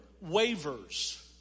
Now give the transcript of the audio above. wavers